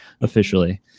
officially